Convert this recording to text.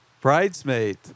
bridesmaid